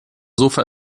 sofa